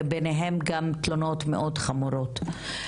וביניהן גם תלונות מאוד חמורות.